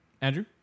Andrew